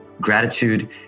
Gratitude